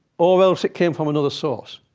or else it came from another source.